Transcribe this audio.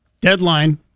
Deadline